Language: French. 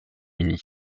uni